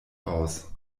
aus